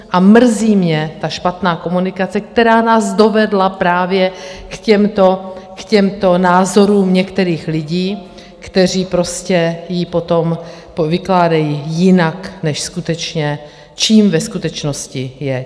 A mrzí mě ta špatná komunikace, která nás dovedla právě k těmto názorům některých lidí, kteří prostě ji potom vykládají jinak, než čím ve skutečnosti je.